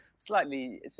Slightly